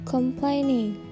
Complaining